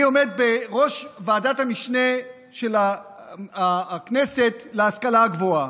אני עומד בראש ועדת המשנה של הכנסת להשכלה הגבוהה.